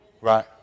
Right